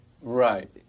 Right